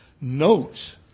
Notes